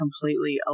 completely